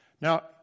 Now